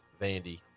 Vandy